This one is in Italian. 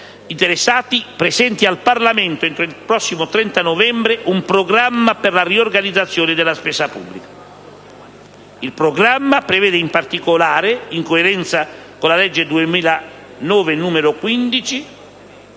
interessati, presenti al Parlamento, entro il prossimo 30 novembre, un programma per la riorganizzazione della spesa pubblica. Il programma prevede, in particolare, in coerenza con quanto